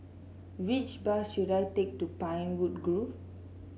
which bus should I take to Pinewood Grove